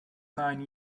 nine